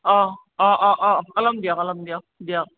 অঁ অঁ অঁ অঁ ওলাম দিয়ক ওলাম দিয়ক দিয়ক